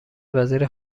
وزیر